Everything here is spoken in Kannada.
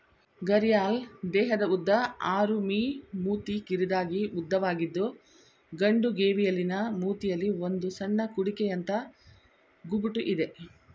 ಘರಿಯಾಲ್ ದೇಹದ ಉದ್ದ ಆರು ಮೀ ಮೂತಿ ಕಿರಿದಾಗಿ ಉದ್ದವಾಗಿದ್ದು ಗಂಡು ಗೇವಿಯಲಿನ ಮೂತಿಯಲ್ಲಿ ಒಂದು ಸಣ್ಣ ಕುಡಿಕೆಯಂಥ ಗುಬುಟು ಇದೆ